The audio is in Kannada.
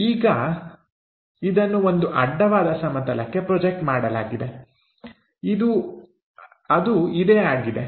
ಈಗ ಇದನ್ನು ಒಂದು ಅಡ್ಡವಾದ ಸಮತಲಕ್ಕೆ ಪ್ರೊಜೆಕ್ಟ್ ಮಾಡಲಾಗಿದೆ ಅದು ಇದೇ ಆಗಿದೆ